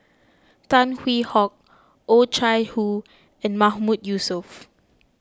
Tan Hwee Hock Oh Chai Hoo and Mahmood Yusof